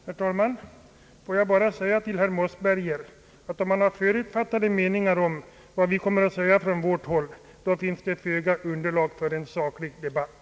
Herr talman! Får jag bara säga till herr Mossberger, att om han har för utfattade meningar om vad vi kommer att anföra från vårt håll, då finns det föga underlag för en saklig debatt.